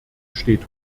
steht